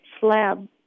slab